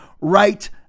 right